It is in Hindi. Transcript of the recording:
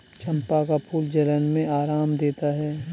चंपा का फूल जलन में आराम देता है